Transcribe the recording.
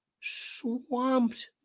swamped